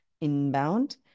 inbound